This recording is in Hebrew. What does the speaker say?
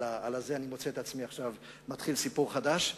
אני מוצא את עצמי עכשיו מתחיל סיפור חדש.